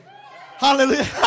hallelujah